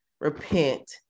repent